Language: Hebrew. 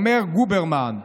אומר גוברמן.